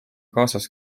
kaasas